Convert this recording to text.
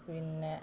പിന്നെ